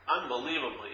Unbelievably